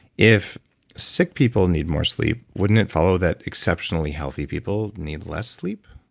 if sick people need more sleep, wouldn't it follow that exceptionally healthy people need less sleep?